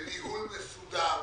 בניהול מסודר,